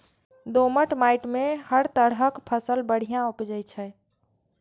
दोमट माटि मे हर तरहक फसल बढ़िया उपजै छै